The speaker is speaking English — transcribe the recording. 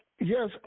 yes